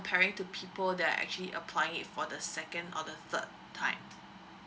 comparing to people that're actually applying it for the second or the third time